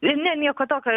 ne nieko tokio